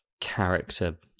character